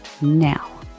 now